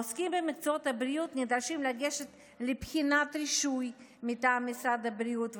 העוסקים במקצועות הבריאות נדרשים לגשת לבחינת רישוי מטעם משרד הבריאות,